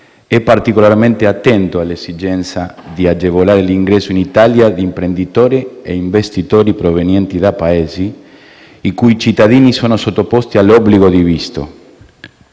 è particolarmente attento all'esigenza di agevolare l'ingresso in Italia di imprenditori e investitori provenienti da Paesi i cui cittadini sono sottoposti all'obbligo di visto.